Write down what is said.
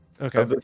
Okay